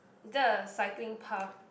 is there a cycling path